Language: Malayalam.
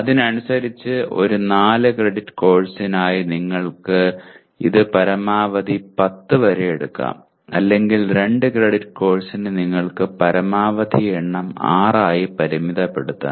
അതിനനുസരിച്ച് ഒരു 4 ക്രെഡിറ്റ് കോഴ്സിനായി നിങ്ങൾക്ക് ഇത് പരമാവധി 10 വരെ എടുക്കാം അല്ലെങ്കിൽ 2 ക്രെഡിറ്റ് കോഴ്സിന് നിങ്ങൾക്ക് പരമാവധി എണ്ണം 6 ആയി പരിമിതപ്പെടുത്താം